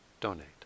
donate